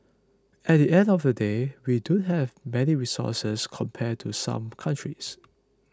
at the end of the day we don't have many resources compared to some countries